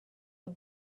the